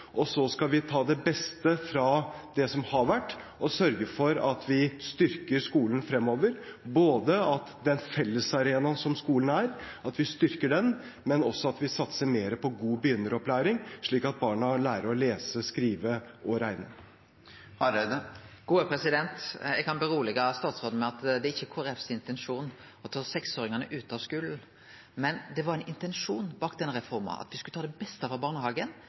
og så skal vi ta det beste fra det som har vært, og sørge for at vi styrker skolen framover: både at vi styrker den fellesareaen som skolen er, og at vi satser mer på god begynneropplæring, slik at barna lærer å lese, skrive og regne. Eg kan roe statsråden med at det ikkje er Kristeleg Folkepartis intensjon å ta seksåringane ut av skulen, men det var ein intensjon bak reforma at me skulle ta det beste frå barnehagen,